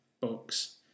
books